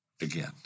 again